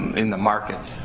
in the market,